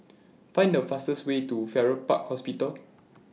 Find The fastest Way to Farrer Park Hospital